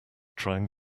trying